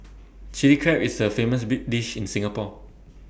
Chilli Crab is A famous bit dish in Singapore